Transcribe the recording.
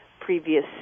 previous